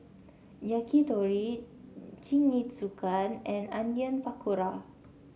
Yakitori Jingisukan and Onion Pakora